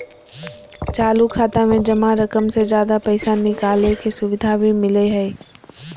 चालू खाता में जमा रकम से ज्यादा पैसा निकालय के सुविधा भी मिलय हइ